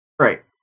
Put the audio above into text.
Right